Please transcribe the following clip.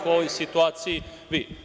U ovoj situaciji vi.